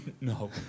No